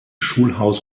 schulhaus